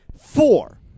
four